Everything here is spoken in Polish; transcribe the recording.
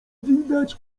widać